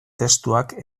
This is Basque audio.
testuak